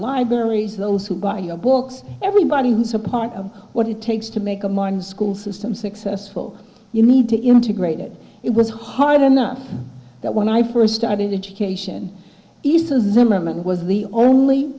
libraries those who buy your books everybody who's a part of what it takes to make a morning school system successful you need to integrate it it was hard enough that when i first started education isas zimmerman was the only